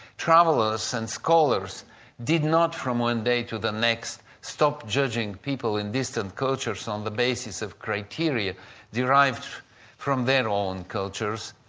travellers and scholars did not from one day to the next, stop judging people in distant cultures on the basis of criteria derived from their own cultures,